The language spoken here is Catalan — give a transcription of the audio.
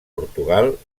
portugal